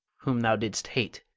whom thou didst hate.